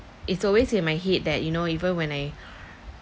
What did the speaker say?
it's always in my head that you know even when I